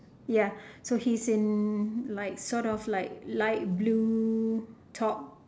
ya so he's in like sort of like light blue top